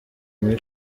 muri